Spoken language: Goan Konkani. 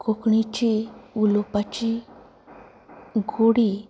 कोंकणीची उलोवपाची गोडी